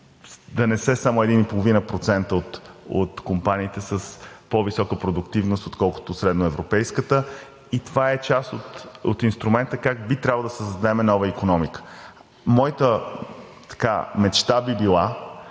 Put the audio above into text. да не са само 1,5% от компаниите с по-висока продуктивност, отколкото средноевропейската. Това е част от инструмента как би трябвало да създадем нова икономика. Моята мечта би била,